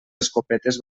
escopetes